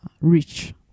rich